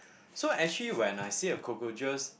so actually when I see a cockroaches